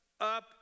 up